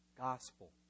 Gospel